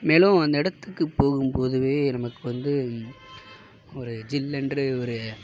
மேலும் அந்த இடத்துக்கு போகும்போதுவே நமக்கு வந்து ஒரு ஜில்லென்று ஒரு